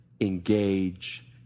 engage